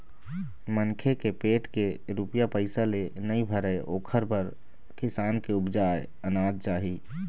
मनखे के पेट के रूपिया पइसा ले नइ भरय ओखर बर किसान के उपजाए अनाज चाही